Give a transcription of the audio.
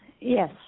Yes